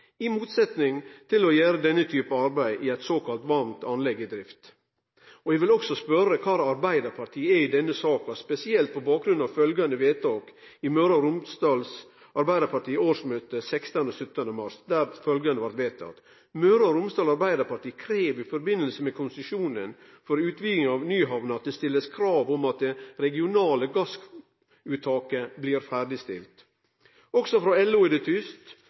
i motsetning til å gjere denne typen arbeid i eit såkalla varmt anlegg i drift. Eg vil òg spørje kor Arbeidarpartiet står i denne saka, spesielt på bakgrunn av følgjande vedtak i Møre og Romsdals Arbeidarpartis årsmøte 17.–18. mars der følgjande blei vedteke: «Møre og Romsdal Arbeiderparti krever i forbindelse med konsesjon for utviding på Nyhamna at det stilles krav om at det regionale gassuttaket blir ferdigstilt.» Også frå LO er det tyst,